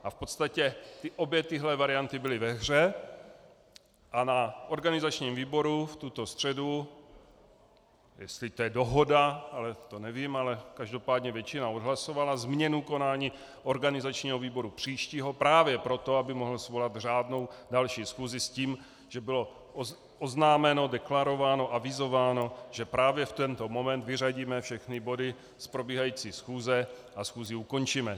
V podstatě obě tyto varianty byly ve hře a na organizačním výboru tuto středu, jestli to je dohoda, to nevím, ale každopádně většina odhlasovala změnu konání organizačního výboru příštího právě proto, aby mohl svolat řádnou další schůzi, s tím, že bylo oznámeno, deklarováno, avizováno, že právě v tento moment vyřadíme všechny body z probíhající schůze a schůzi ukončíme.